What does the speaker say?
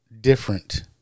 different